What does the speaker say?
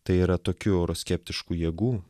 tai yra tokių euroskeptiškų jėgų